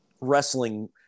wrestling